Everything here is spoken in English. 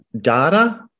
data